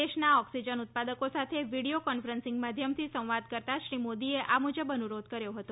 દેશના ઓક્સિજન ઉત્પાદકો સાથે વિડિયો કોન્ફરન્સીંગ માધ્યમથી સંવાદ કરતાં શ્રી મોદીએ આ મુજબ અનુરોધ કર્યો હતો